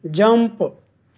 jump